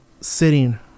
sitting